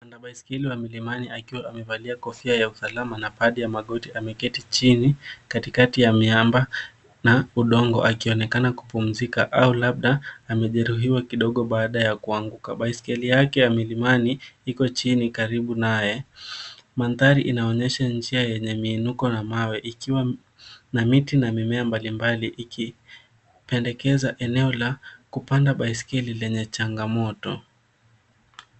Mpanda baiskeli wa milimani akiwa amevalia kofia ya usalama na padi ya magoti ameketi chini katikati ya miamba na udongo akionekana kupumzika au labda amejeruhiwa kidogo baada ya kuanguka. Baiskeli yake ya milimani iko chini karibu na naye. Mandhari inaonyesha njia yenye miinuko na mawe ikiwa na miti na mimea mbalimbali ikipendekeza eneo la kupanda baiskeli lenye changamoto.